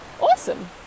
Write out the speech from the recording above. Awesome